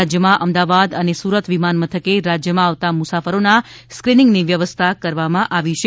રાજ્યમાં અમદાવાદ અને સુરત વિમાનમથકે રાજ્યમાં આવતા મુસાફરોના સ્ક્રીનીંગની વ્યવસ્થા કરવામાં આવી છે